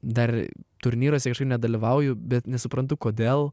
dar turnyruose nedalyvauju bet nesuprantu kodėl